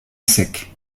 sec